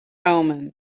omen